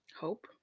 Hope